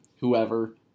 whoever